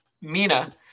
Mina